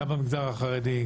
גם במגזר החרדי,